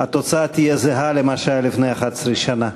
התוצאה תהיה זהה למה שהיה לפני 11 שנה.